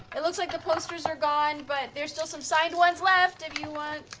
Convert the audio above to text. it looks like the posters are gone, but there's still some signed ones left if